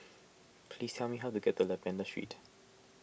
please tell me how to get to Lavender Street